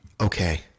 Okay